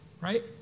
right